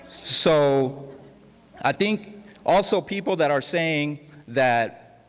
so i think also people that are saying that